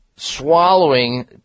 swallowing